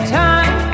time